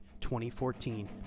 2014